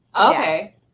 Okay